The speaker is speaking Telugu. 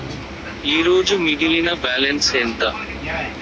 ఈరోజు మిగిలిన బ్యాలెన్స్ ఎంత?